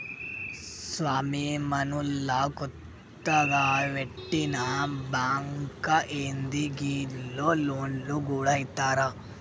స్వామీ, మనూళ్ల కొత్తగ వెట్టిన బాంకా ఏంది, గీళ్లు లోన్లు గూడ ఇత్తరా